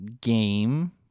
game